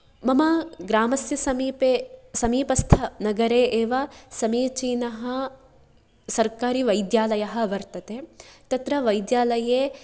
मम ग्रामस्य समीपे समीपस्थ नगरे एव समीचिनः सर्कारिवैद्यालयः वर्तते तत्र वैद्यालये